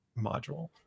module